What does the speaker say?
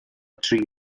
tri